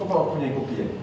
kau bawa aku punya kopi eh